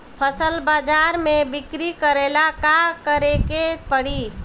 फसल बाजार मे बिक्री करेला का करेके परी?